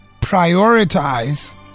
prioritize